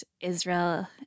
Israel